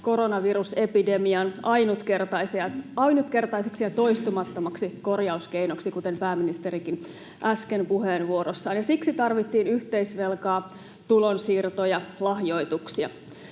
koronavirusepidemian ainutkertaiseksi ja toistumattomaksi korjauskeinoksi, kuten pääministerikin äsken puheenvuorossaan, ja siksi tarvittiin yhteisvelkaa, tulonsiirtoja, lahjoituksia.